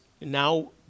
now